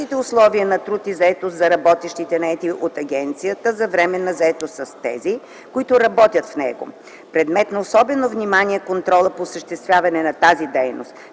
същите условия на труд и заетост за работещите, наети от агенция за временна заетост, с тези, които работят в него. Предмет на особено внимание е контролът по осъществяване на тази дейност.